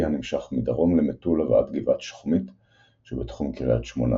הנמשך מדרום למטולה ועד גבעת שחומית שבתחום קריית שמונה.